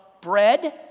bread